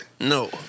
No